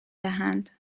دهند